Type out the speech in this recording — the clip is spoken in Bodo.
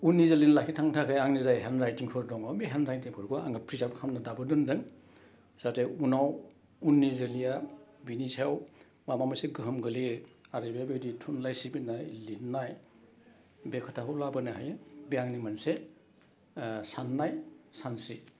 उननि जोलैनो लाखिनो थांनो थाखाय आंनि जाय हेन्डराइटिंफोर दङ बे हेन्डराइटिंफोरखौ आङो प्रिजाभ खालामनो दाबो दोनदों जाहाथे उनाव उननि जोलैया बिनि सायाव माबा मोनसे गोहोम गोलैयो आरो बेबायदि थुनलाइ सिबिनाय लिरनाय बे खोथाखौ लाबोनो हायो बे आंनि मोनसे सान्नाय सानस्रि